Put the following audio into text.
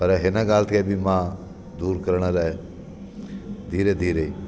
पर हिन ॻाल्हि खे बि मां दूरि करण लाइ धीरे धीरे